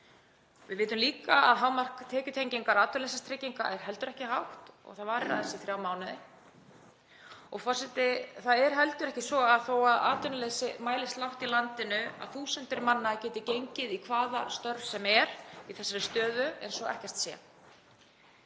Við vitum líka að hámark tekjutengingar atvinnuleysistrygginga er heldur ekki hátt og það varir aðeins í þrjá mánuði. Það er heldur ekki svo að þó að atvinnuleysi mælist lágt í landinu þá geti þúsundir manna gengið í hvaða störf sem er í þessari stöðu eins og ekkert sé.